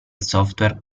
software